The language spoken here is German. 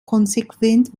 konsequent